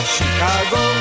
Chicago